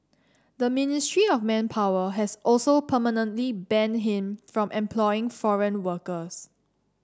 the Ministry of Manpower has also permanently banned him from employing foreign workers